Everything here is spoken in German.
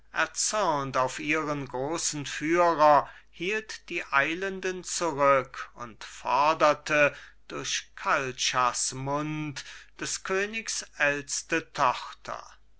auf ihren großen führer hielt die eilenden zurück und forderte durch kalchas mund des königs ält'ste tochter